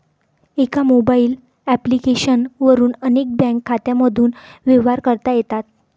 एका mobile application वरून अनेक बँक खात्यांमधून व्यवहार करता येतात